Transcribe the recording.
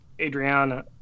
Adriana